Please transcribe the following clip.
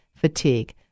fatigue